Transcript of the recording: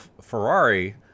Ferrari